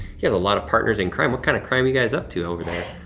he has a lot of partners in crime. what kinda crime you guys up to over there?